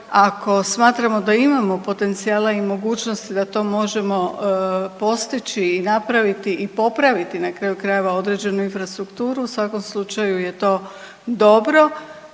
ako smatramo da imamo potencijala i mogućnosti da to možemo postići i napraviti i popraviti na kraju krajeva određenu infrastrukturu u svakom slučaju je to dobro.